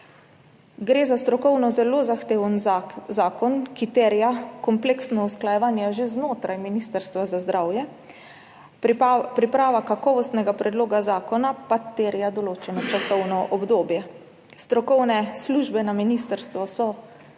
Gre za strokovno zelo zahteven zakon, ki terja kompleksna usklajevanje že znotraj Ministrstva za zdravje. Priprava kakovostnega predloga zakona pa terja določeno časovno obdobje. Strokovne službe na ministrstvu so zaključile predlog zakona,